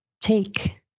take